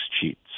cheats